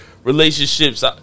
relationships